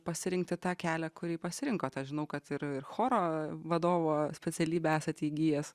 pasirinkti tą kelią kurį pasirinkot aš žinau kad ir ir choro vadovo specialybę esate įgijęs